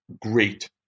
great